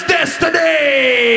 Destiny